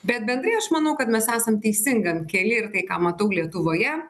bet bendrai aš manau kad mes esam teisingam kely ir tai ką matau lietuvoje